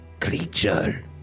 creature